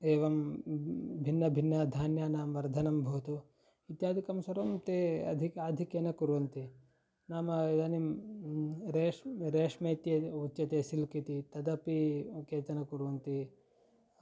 एवं भिन्नभिन्नधान्यानां वर्धनं भवतु इत्यादिकं सर्वं ते अधिकम् आधिक्येन कुर्वन्ति नाम इदानीं रेश् रेश्मे इति यद् उच्यते सिल्क् इति तदपि केचन कुर्वन्ति